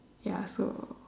ya so